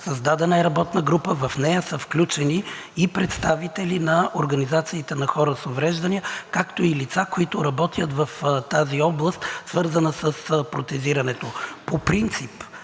създадена е работна група и в нея са включени и представители на организации на хора с увреждания, както и лица, които работят в тази област, свързана с протезирането.